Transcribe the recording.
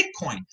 Bitcoin